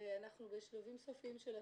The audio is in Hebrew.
אנחנו בשלבים סופיים של התכנון,